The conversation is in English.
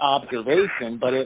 observation but it